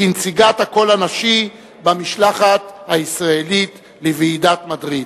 כנציגת הקול הנשי במשלחת הישראלית לוועידת מדריד.